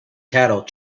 cattle